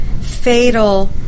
fatal